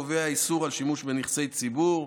שקובע איסור שימוש בנכסי ציבור: